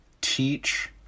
teach